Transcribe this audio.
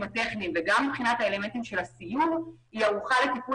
הטכניים וגם מבחינת האלמנטים של הסיור היא ערוכה לטיפול